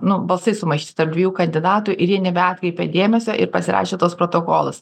nu balsai sumaišyti tarp dviejų kandidatų ir jie nebeatkreipė dėmesio ir pasirašė tuos protokolus